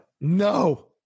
No